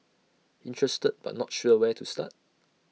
interested but not sure where to start